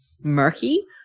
murky